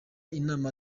inama